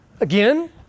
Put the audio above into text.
Again